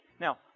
Now